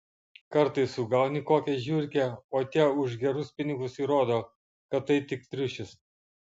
kartais sugauni kokią žiurkę o tie už gerus pinigus įrodo kad tai tik triušis